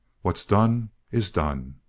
what's done is done.